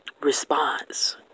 response